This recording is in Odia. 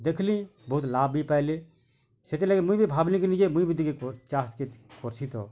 ଦେଖ୍ଲି ବହୁତ୍ ଲାଭ୍ ବି ପାଇଲି ସେଥିଲାଗି ମୁଇଁ ବି ଭାବ୍ଲି କି ନିଜେ ମୁଇଁ ବି ଟିକେ କର୍ ଚାଷ୍ କେ କର୍ସିତ